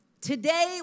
Today